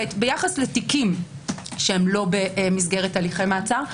ביחס לתיקים שאינם במסגרת הליכי מעצר,